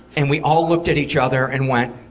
and we all looked at each other and went,